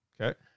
okay